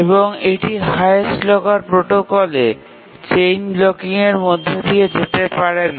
এবং এটি highest locker প্রোটোকলে চেইন ব্লকিংয়ের মধ্য দিয়ে যেতে পারে না